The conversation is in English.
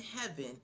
heaven